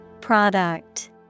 Product